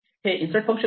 हे insert function आहे